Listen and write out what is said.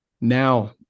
now